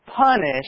punish